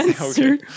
Okay